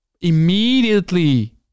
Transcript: Immediately